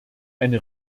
eine